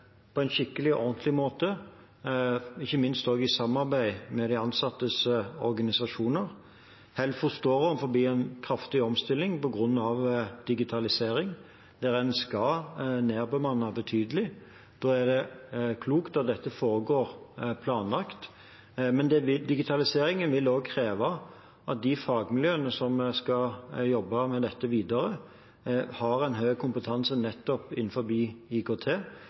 på en skikkelig og ordentlig måte, ikke minst også i samarbeid med de ansattes organisasjoner. Helfo står på grunn av digitaliseringen overfor en kraftig omstilling, der en skal nedbemanne betydelig. Da er det klokt at dette foregår planlagt. Men digitaliseringen vil også kreve at de fagmiljøene som skal jobbe videre med dette, har høy kompetanse innenfor nettopp IKT.